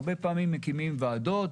הרבה פעמים מקימים ועדות,